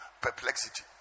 Perplexity